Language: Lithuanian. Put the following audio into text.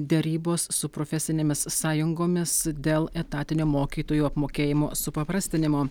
derybos su profesinėmis sąjungomis dėl etatinio mokytojų apmokėjimo supaprastinimo